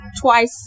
twice